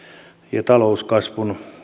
ja talouskasvun